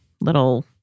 little